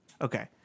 okay